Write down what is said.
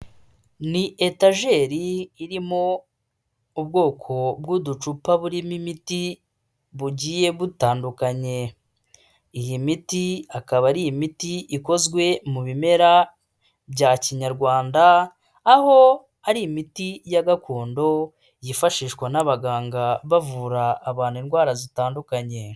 Ni etageri irimo ubwoko bw'uducupa burimo imiti bugiye butandukanye, iyi miti ikaba ar’imiti ikozwe mu bimera bya kinyarwanda, aho har’imiti ya gakondo yifashishwa n'abaganga bavura abantu indwara zitandukanye.